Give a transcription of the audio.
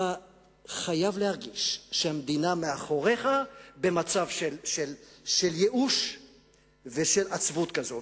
אתה חייב להרגיש שהמדינה מאחוריך במצב של ייאוש ושל עצבות כזו.